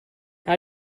how